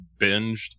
binged